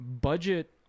budget